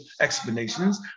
explanations